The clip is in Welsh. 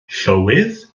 llywydd